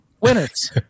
Winners